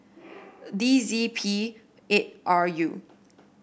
D Z P eight R U